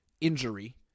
injury